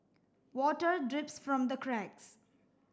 water drips from the cracks